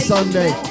Sunday